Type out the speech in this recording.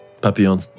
papillon